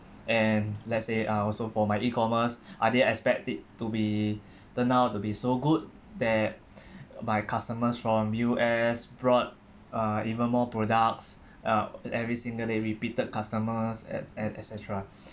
and let's say uh also for my E commerce I didn't expect it to be turn out to be so good where my customers from U_S brought uh even more products uh every single day repeated customers and and et cetera